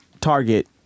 Target